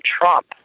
Trump